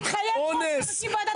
תתחייב פה להקים ועדת חקירה.